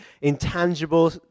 intangible